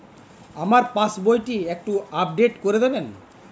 আমার পাসবই টি একটু আপডেট করে দেবেন?